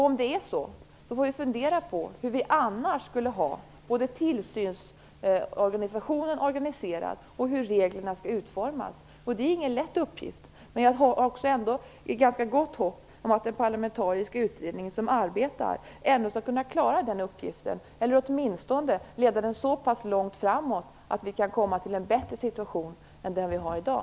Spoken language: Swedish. Om det är så får vi fundera på hur vi annars skulle ha både tillsynsorganisationen ordnad och reglerna utformade. Det är ingen lätt uppgift, men jag har ändå ganska gott hopp om att den parlamentariska utredning som arbetar skall kunna klara den uppgiften, eller åtminstone leda den så pass långt framåt att vi kan komma till en bättre situation än den vi har i dag.